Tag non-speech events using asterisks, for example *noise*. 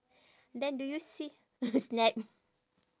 then do you see *noise*